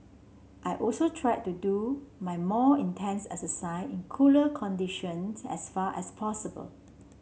I also try to do my more intense exercise in cooler conditions as far as possible